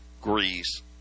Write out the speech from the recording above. Greece